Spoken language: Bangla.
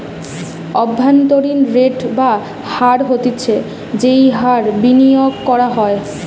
অভ্যন্তরীন রেট বা হার হতিছে যেই হার বিনিয়োগ করা হয়